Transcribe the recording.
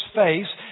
face